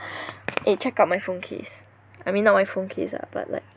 eh check out my phone case I mean not my phone case lah but like